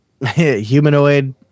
humanoid